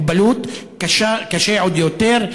קשה עוד יותר,